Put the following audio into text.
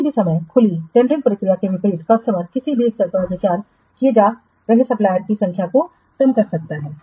किसी भी समय खुली टेंडरिंग प्रक्रिया के विपरीत कस्टमर किसी भी स्तर पर विचार किए जा रहे सप्लायरसकी संख्या को कम कर सकता है